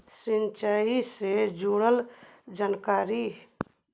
सिंचाई से जुड़ल जानकारी?